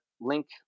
link